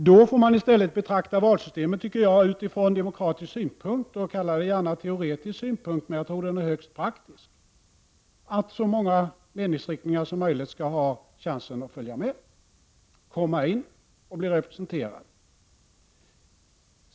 Då får man i stället, anser jag, betrakta valsystemet från demokratisk synpunkt — kalla det gärna en teoretisk synpunkt, men jag tror att den är högst praktisk: Så många meningsriktningar som möjligt skall ha chansen att komma in och bli representerade.